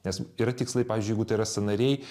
nes yra tikslai pavyzdžiui jeigu tai yra sąnariai